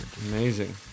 Amazing